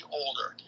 older